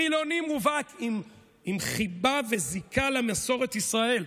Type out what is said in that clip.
חילוני מובהק עם חיבה וזיקה למסורת ישראל,